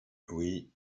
oui